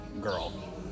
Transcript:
girl